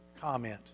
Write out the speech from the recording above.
comment